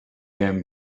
them